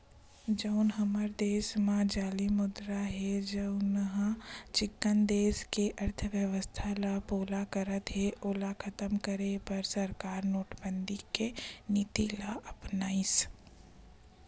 जउन हमर देस म जाली मुद्रा हे जउनहा चिक्कन देस के अर्थबेवस्था ल पोला करत हे ओला खतम करे बर सरकार नोटबंदी के नीति ल अपनाइस